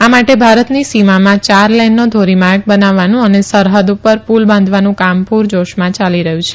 આ માટે ભારતની સીમામાં ચારલેનનો ધોરીમાર્ગ બનાવવાનું અને સરહદ પર પુલ બાંધવાનું કામ પૂરજાશમાં ચાલી રહ્યું છે